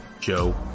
Joe